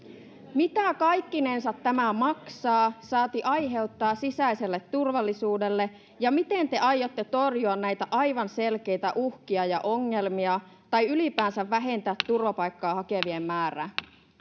mitä kaikkinensa tämä maksaa saati aiheuttaa sisäiselle turvallisuudelle ja miten te aiotte torjua näitä aivan selkeitä uhkia ja ongelmia tai ylipäänsä vähentää turvapaikkaa hakevien määrää